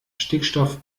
stickstoff